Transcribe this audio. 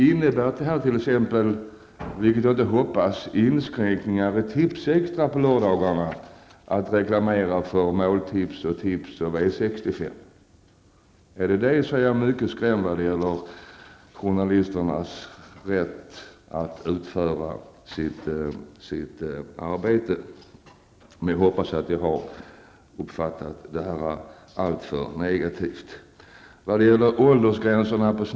Innebär det här, vilket jag inte hoppas, t.ex. inskränkningar för Tipsextra på lördagarna att göra reklam för Måltips, Tips och V65? Är det så då är jag mycket skrämd vad gäller journalisternas rätt att utföra sitt arbete. Men jag hoppas att jag har uppfattat detta alltför negativt.